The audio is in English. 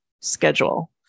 schedule